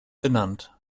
benannt